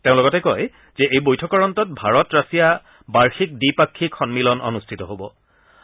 তেওঁ লগতে কয় এই বৈঠকৰ অন্তত ভাৰত ৰাছিয়া বাৰ্যিক দ্বিপাক্ষিক সম্মিলন অনুষ্ঠিত হ'ব